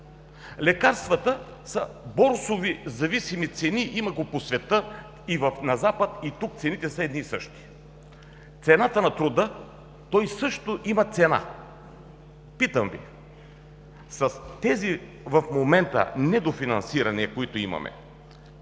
Лекарствата са борсови зависими цени – има го по света, има го и на Запад, и тук цените са едни и същи. Цената на труда също има цена. Питам Ви: с тези в момента недофинансирания, които имаме,